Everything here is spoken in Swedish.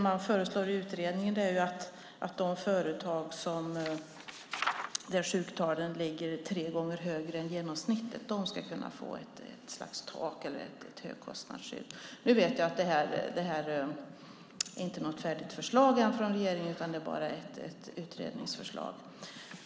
I utredningen föreslår man att de företag där sjuktalen ligger tre gånger högre än genomsnittet ska kunna få ett slags tak eller ett högkostnadsskydd. Jag vet att detta inte är något färdigt förslag ännu från regeringen, utan det är bara ett utredningsförslag.